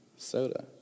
soda